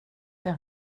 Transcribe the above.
var